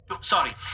Sorry